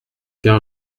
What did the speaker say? car